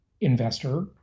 investor